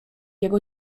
jego